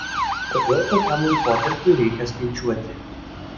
kodėl tokiam laikotarpiui reikia skaičiuoti